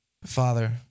Father